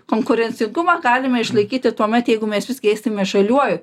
konkurencingumą galime išlaikyti tuomet jeigu mes visgi eisime žaliuoju